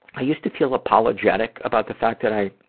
i used to feel apologetic about the fact that i